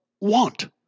want